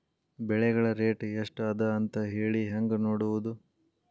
ಬೆಳೆಗಳ ರೇಟ್ ಎಷ್ಟ ಅದ ಅಂತ ಹೇಳಿ ಹೆಂಗ್ ನೋಡುವುದು?